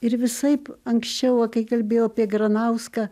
ir visaip anksčiau o kai kalbėjo apie granauską